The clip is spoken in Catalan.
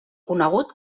conegut